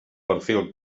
perfil